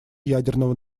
ядерного